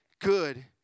good